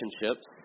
relationships